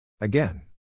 Again